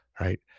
right